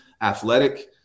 athletic